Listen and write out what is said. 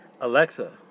Alexa